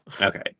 Okay